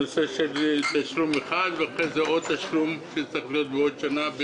עבור תשלום אחד ואחרי זה עוד תשלום שצריך לעבור עוד שנה.